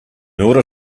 order